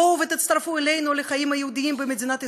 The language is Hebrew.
בואו ותצטרפו אלינו לחיים היהודיים במדינת ישראל,